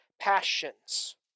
passions